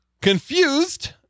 Confused